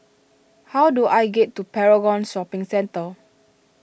how do I get to Paragon Shopping Centre